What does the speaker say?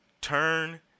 turn